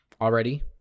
already